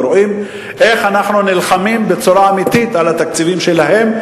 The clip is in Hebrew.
ורואים איך אנחנו נלחמים בצורה אמיתית על התקציבים שלהם,